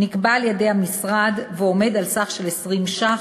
נקבע על-ידי המשרד ועומד על סך של 20 ש"ח,